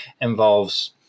involves